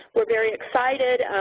we're very exciting,